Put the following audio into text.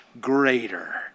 greater